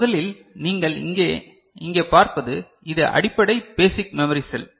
முதலில் நீங்கள் இங்கே இங்கே பார்ப்பது இது அடிப்படை பேசிக் மெமரி செல்